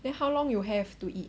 then how long you have to eat